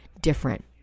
different